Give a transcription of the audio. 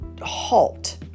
halt